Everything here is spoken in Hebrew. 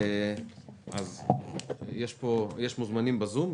האם יש מוזמנים בזום?